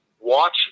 watch